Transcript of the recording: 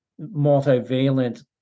multivalent